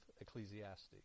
Ecclesiastes